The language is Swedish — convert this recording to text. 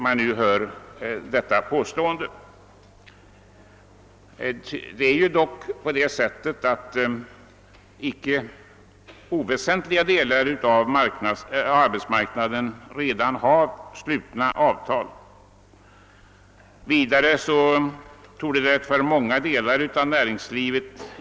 Inom icke oväsentliga områden av arbetsmarknaden finns det ju redan slutna avtal.